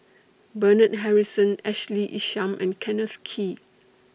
Bernard Harrison Ashley Isham and Kenneth Kee